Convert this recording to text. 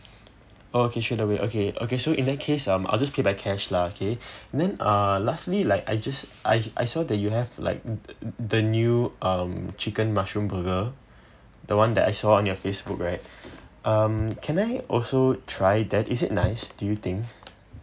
oh okay sure no worry okay okay so in that case um I'll just pay by cash lah okay then uh lastly like I just I saw that you have like the the new um chicken mushroom burger the [one] that I saw on your Facebook right um can I also try that is it nice do you think